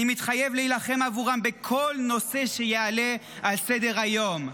אני מתחייב להילחם עבורם בכל נושא שיעלה על סדר-היום,